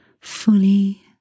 fully